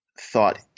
thought